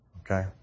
okay